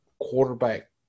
quarterback